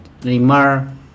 Neymar